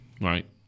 right